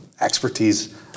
expertise